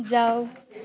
जाऊ